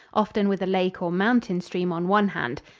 often with a lake or mountain stream on one hand.